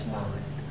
mind